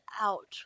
out